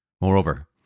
Moreover